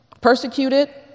persecuted